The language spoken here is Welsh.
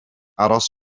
aros